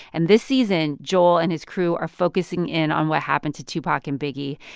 and this season, joel and his crew are focusing in on what happened to tupac and biggie.